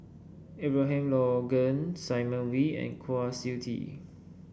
Abraham Logan Simon Wee and Kwa Siew Tee